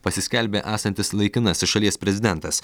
pasiskelbė esantis laikinasis šalies prezidentas